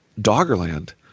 Doggerland